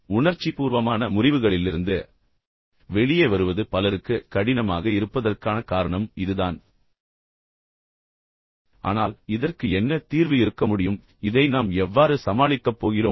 இப்போது உணர்ச்சிபூர்வமான முறிவுகளிலிருந்து வெளியே வருவது பலருக்கு கடினமாக இருப்பதற்கான காரணம் இதுதான் ஆனால் இதற்கு என்ன தீர்வு இருக்க முடியும் இதை நாம் எவ்வாறு சமாளிக்கப் போகிறோம்